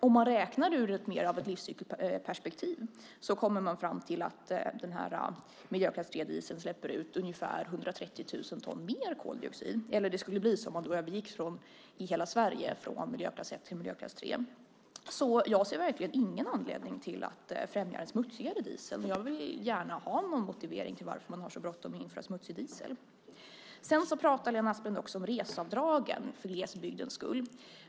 Om man räknar mer ur ett livscykelperspektiv kommer man fram till att dieseln av miljöklass 3 släpper ut ungefär 130 000 ton mer koldioxid - det skulle bli så om man i hela Sverige övergick från miljöklass 1 till miljöklass 3. Jag ser verkligen ingen anledning till att främja den smutsigare dieseln. Jag vill gärna ha en motivering till att man har så bråttom att införa smutsig diesel. Lena Asplund pratar om att reseavdragen finns för glesbygdens skull.